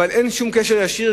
אבל אין שום קשר ישיר.